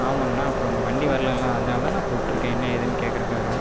ஆமாங்கண்ணா அப்புறம் உங்கள் வண்டி வரலல அதனால தான் நான் கூப்பிட்டுருக்கேன் என்ன ஏது கேட்குறதுக்காக